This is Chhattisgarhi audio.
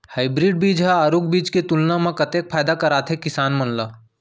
हाइब्रिड बीज हा आरूग बीज के तुलना मा कतेक फायदा कराथे किसान मन ला?